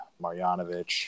Marjanovic